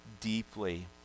deeply